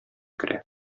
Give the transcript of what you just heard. керә